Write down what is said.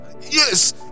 yes